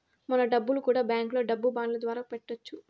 మన డబ్బులు కూడా బ్యాంకులో డబ్బు బాండ్ల ద్వారా పెట్టొచ్చు